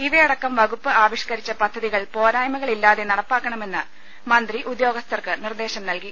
ഇവയടക്കം വകുപ്പ് ആവിഷ്ക്കരിച്ച പദ്ധതികൾ പോരാ യ്മകൾ ഇല്ലാതെ നടപ്പാക്കണമെന്ന് മന്ത്രി ഉദ്യോഗസ്ഥർക്ക് നിർദ്ദേശം നൽകി